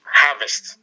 harvest